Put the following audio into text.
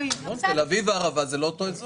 תל אביב והערבה זה לא אותו אזור.